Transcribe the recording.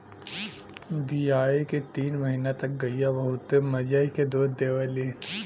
बियाये के तीन महीना तक गइया बहुत मजे के दूध देवलीन